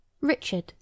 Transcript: Richard